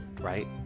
right